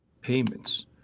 Payments